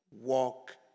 walk